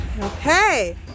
Okay